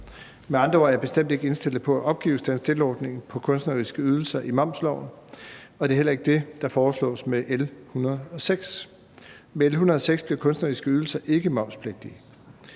Med andre ord er jeg bestemt ikke indstillet på at opgive stand still-ordningen på kunstneriske ydelser i momsloven, og det er heller ikke det, der foreslås med L 106. Med L 106 bliver kunstneriske ydelser ikke momspligtige;